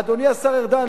אדוני השר ארדן,